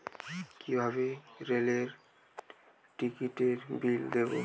কিভাবে রেলের টিকিটের বিল দেবো?